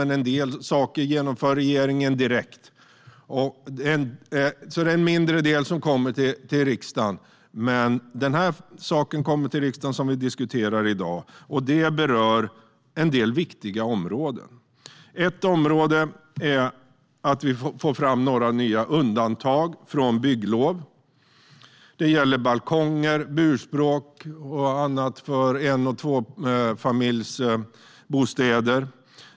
En del saker genomför också regeringen direkt. Det är alltså en mindre del som kommer till riksdagen, men det som vi diskuterar i dag kommer till riksdagen. Det berör en del viktiga områden. Ett område är att vi får fram några nya undantag från bygglov. Det gäller balkonger, burspråk och annat för en och tvåfamiljsbostäder.